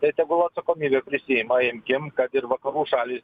tai tegul atsakomybę prisiima imkim kad ir vakarų šalys